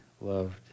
loved